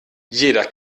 jeder